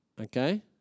okay